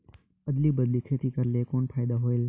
अदली बदली खेती करेले कौन फायदा होयल?